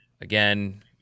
again